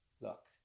Look